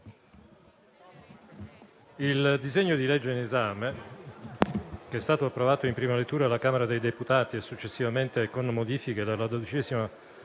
il disegno di legge in esame, approvato in prima lettura alla Camera dei deputati e successivamente, con modifiche, dalla 12a